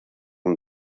amb